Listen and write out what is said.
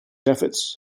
efforts